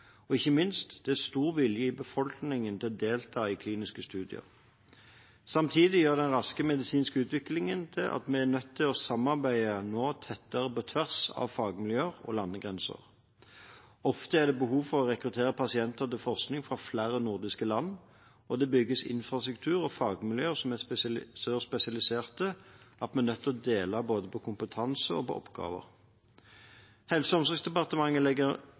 Og – ikke minst – det er stor vilje i befolkningen til å delta i kliniske studier. Samtidig gjør den raske medisinske utviklingen at vi er nødt til nå å samarbeide tettere på tvers av fagmiljøer og landegrenser. Ofte er det behov for å rekruttere pasienter til forskning fra flere nordiske land, og det bygges infrastruktur og fagmiljøer som er så spesialiserte at vi er nødt til å dele både på kompetansen og på oppgavene. Helse- og omsorgsdepartementet legger